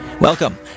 Welcome